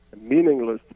meaningless